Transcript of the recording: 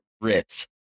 rips